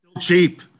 cheap